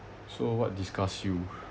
so what disgust you